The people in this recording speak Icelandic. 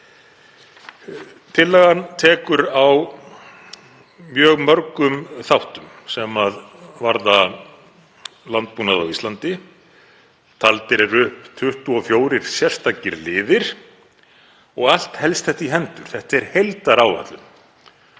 Tillagan tekur á mjög mörgum þáttum sem varða landbúnað á Íslandi. Taldir eru upp 24 sérstakir liðir og allt helst þetta í hendur. Þetta er heildaráætlun